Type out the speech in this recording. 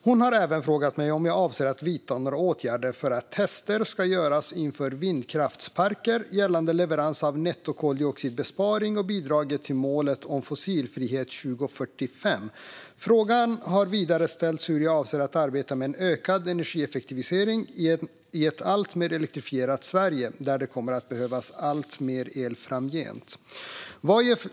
Hon har även frågat mig om jag avser att vidta några åtgärder för att tester ska göras inför vindkraftsparker gällande leverans av nettokoldioxidbesparing och bidraget till målet om fossilfrihet 2045. Frågan har vidare ställts hur jag avser att arbeta för en ökad energieffektivisering i ett alltmer elektrifierat Sverige, där det kommer att behövas alltmer el framgent.